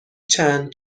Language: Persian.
چند